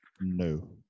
No